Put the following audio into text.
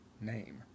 name